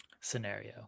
scenario